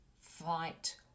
fight